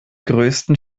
größten